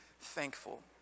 thankful